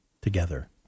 together